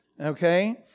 okay